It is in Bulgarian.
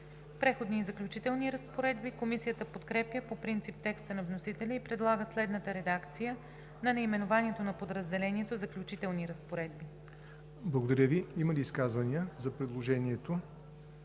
„Преходни и заключителни разпоредби“. Комисията подкрепя по принцип текста на вносителя и предлага следната редакция на наименованието на подразделението: „Заключителни разпоредби“. ПРЕДСЕДАТЕЛ ЯВОР НОТЕВ: Благодаря Ви. Има ли изказвания за наименованието